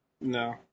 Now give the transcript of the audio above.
No